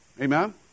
Amen